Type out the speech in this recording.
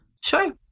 Sure